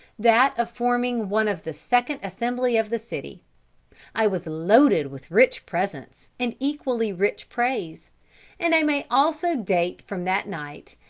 that of forming one of the second assembly of the city i was loaded with rich presents, and equally rich praise and i may also date from that night,